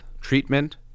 treatment